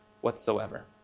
whatsoever